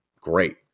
great